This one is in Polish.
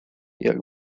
jak